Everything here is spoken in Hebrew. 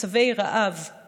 מצבי רעב,